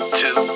two